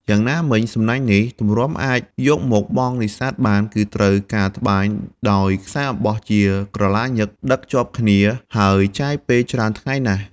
យ៉ាងណាមិញ សំណាញ់នេះទម្រាំអាចយកមកបង់នេសាទបាន គឺត្រូវការត្បាញដោយខ្សែអំបោះជាក្រឡាញឹកដឹកជាប់គ្នា ហើយចាយពេលច្រើនថ្ងៃណាស់។